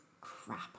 crap